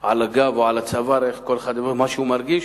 על הגב או על הצוואר, כל אחד עם מה שהוא מרגיש.